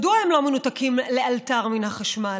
מדוע הם לא מנותקים לאלתר מהחשמל?